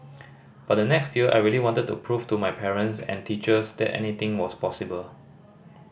but the next year I really wanted to prove to my parents and teachers that anything was possible